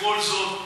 בכל זאת,